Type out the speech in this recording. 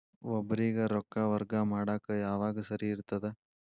ಒಬ್ಬರಿಗ ರೊಕ್ಕ ವರ್ಗಾ ಮಾಡಾಕ್ ಯಾವಾಗ ಸರಿ ಇರ್ತದ್?